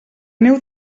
neu